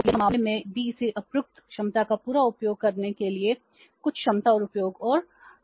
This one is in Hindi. यदि इस मामले में भी इस अप्रयुक्त क्षमता का पूरा उपयोग करने के लिए कुछ क्षमता और उपयोग और दृढ़ है